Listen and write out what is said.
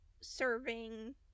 serving